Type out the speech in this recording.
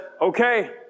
okay